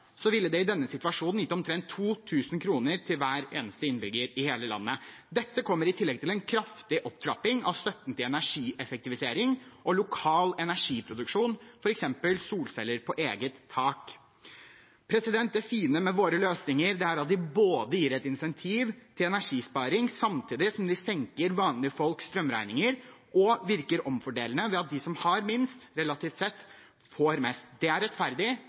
ville det i denne situasjonen gitt omtrent 2 000 kr til hver eneste innbygger i hele landet. Dette kommer i tillegg til en kraftig opptrapping av støtten til energieffektivisering og lokal energiproduksjon, f.eks. solceller på eget tak. Det fine med våre løsninger er at de gir et insentiv til energisparing samtidig som de senker vanlige folks strømregninger og virker omfordelende ved at de som har minst, relativt sett, får mest. Det er rettferdig,